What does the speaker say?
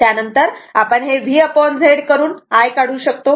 त्यानंतर आपण हे V Z करून I काढू शकतो